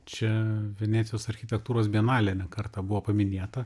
čia venecijos architektūros bienalė ne kartą buvo paminėta